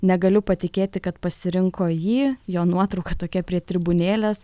negaliu patikėti kad pasirinko jį jo nuotrauka tokia prie tribūnėlės